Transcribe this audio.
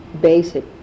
Basic